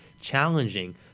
challenging